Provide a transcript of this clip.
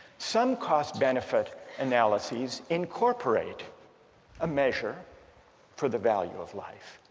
some cost-benefit analyses incorporate a measure for the value of life.